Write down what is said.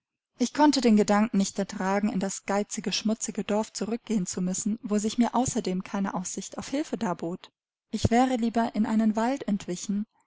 ich konnte den gedanken nicht ertragen in das geizige schmutzige dorf zurückgehen zu müssen wo sich mir außerdem keine aussicht auf hilfe darbot ich wäre lieber in einen wald entwichen